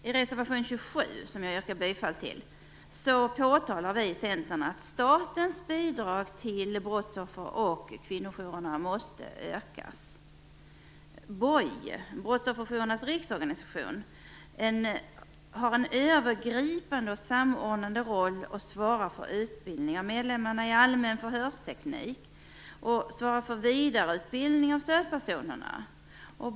I reservation 27, som jag yrkar bifall till, påpekar vi i Centern att statens bidrag till brottsoffer och kvinnojourerna måste ökas. BOJ, Brottsofferjourernas riksorganisation, har en övergripande och samordnande roll och svarar för utbildning av medlemmarna i allmän förhörsteknik och för vidareutbildning av stödpersonerna.